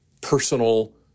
personal